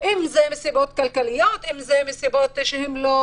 אם זה מסיבות כלכליות, אם זה מסיבות שהם לא